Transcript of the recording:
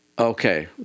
Okay